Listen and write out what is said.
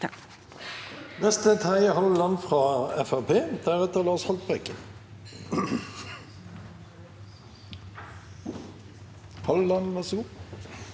Takk,